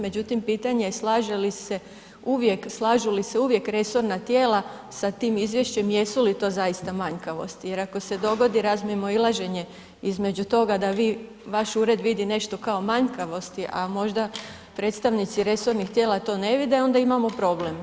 Međutim, pitanje je slažu li se uvijek resorna tijela sa tim izvješćem, jesu li to zaista manjkavosti jer ako se dogodi razmimoilaženje između toga da vi vaš ured vidi nešto kao manjkavosti, a možda predstavnici resornih tijela to ne vide, onda imamo problem.